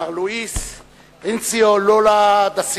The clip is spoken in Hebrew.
מר לואיס אינאסיו לולה דה סילבה.